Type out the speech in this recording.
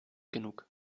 genug